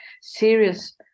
serious